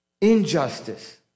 injustice